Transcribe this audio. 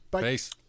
Peace